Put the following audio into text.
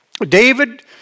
David